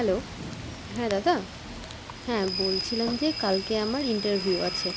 hello হ্যাঁ দাদা হ্যাঁ বলছিলাম যে কালকে আমার ইন্টারভিউ আছে